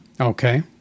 Okay